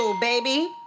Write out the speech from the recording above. Baby